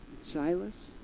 Silas